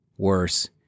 Worse